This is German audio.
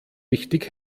richtig